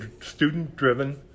student-driven